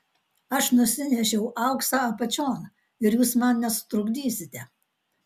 aš nusinešiau auksą apačion ir jūs man nesutrukdysite